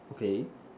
okay